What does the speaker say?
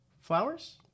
Flowers